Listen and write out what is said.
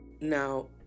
now